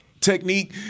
Technique